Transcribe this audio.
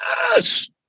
yes